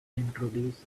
introduce